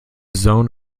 zone